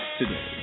today